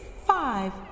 five